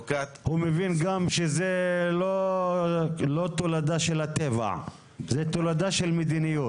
גם שזה לא תולדה של הטבע, זה תולדה של מדיניות.